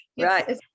right